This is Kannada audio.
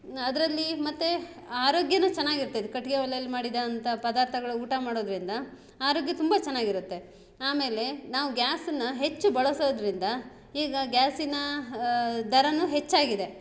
ಅದ್ರಲ್ಲಿ ಮತ್ತೆ ಆರೋಗ್ಯನು ಚೆನ್ನಾಗಿರ್ತಿತ್ತು ಕಟ್ಟಿಗೆ ಒಲೆಲಿ ಮಾಡಿದಂತ ಪದಾರ್ಥಗಳು ಊಟ ಮಾಡೋದರಿಂದ ಆರೋಗ್ಯ ತುಂಬ ಚೆನ್ನಾಗಿರುತ್ತೆ ಆಮೇಲೆ ನಾವು ಗ್ಯಾಸನ್ನು ಹೆಚ್ಚು ಬಳಸೋದರಿಂದ ಈಗ ಗ್ಯಾಸಿನ ದರನು ಹೆಚ್ಚಾಗಿದೆ